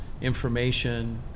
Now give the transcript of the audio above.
information